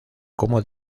como